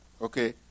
Okay